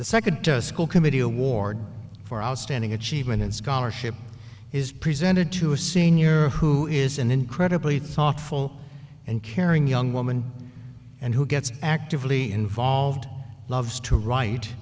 the second school committee award for outstanding achievement and scholarship is presented to a senior who is an incredibly thoughtful and caring young woman and who gets actively involved loves to write